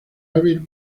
hábil